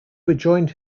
rejoined